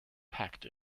packed